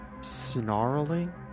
snarling